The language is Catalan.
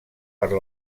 per